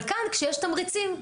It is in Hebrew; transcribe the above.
אבל כאן, כשיש תמריצים.